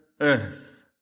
earth